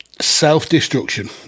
self-destruction